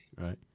right